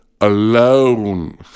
alone